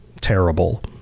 terrible